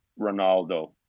ronaldo